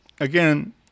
Again